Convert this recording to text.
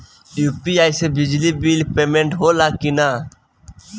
UPI से बिजली bill payment होला कि न?